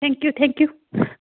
thank you thank you